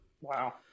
Wow